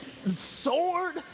sword